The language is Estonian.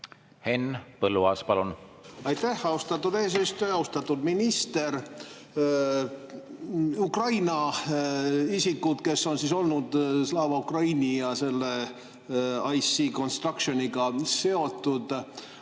Henn Põlluaas, palun! Aitäh, austatud eesistuja! Austatud minister! Ukraina isikud, kes on olnud Slava Ukraini ja selle IC Constructioniga seotud,